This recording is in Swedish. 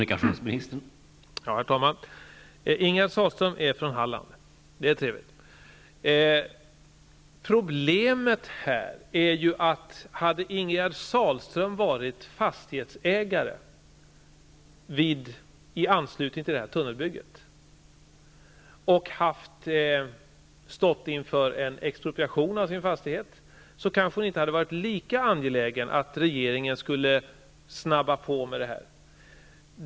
Herr talman! Ingegerd Sahlström är från Halland. Det är trevligt. Men om Ingegerd Sahlström hade varit ägare till en fastighet i anslutning till tunnelbygget och stått inför en expropriation av sin fastighet, hade hon kanske inte varit lika angelägen om att regeringen skulle snabba på med detta.